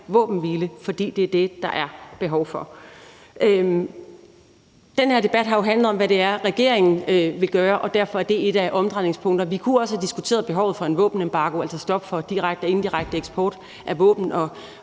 våbenhvile, fordi det er det, der er behov for. Den her debat har jo handlet om, hvad det er, regeringen vil gøre, og derfor er det et af omdrejningspunkterne. Vi kunne også have diskuteret behovet for en våbenembargo, altså stop for direkte og indirekte eksport af våben